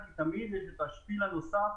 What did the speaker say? תמיד המדינה